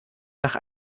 nach